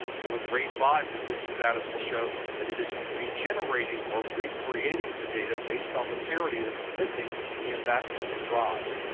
so with raid five, the disk status will show that it is regenerating or recreating the data based on the parity that was missing in that missing drive.